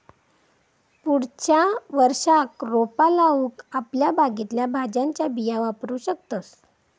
पुढच्या वर्षाक रोपा लाऊक आपल्या बागेतल्या भाज्यांच्या बिया वापरू शकतंस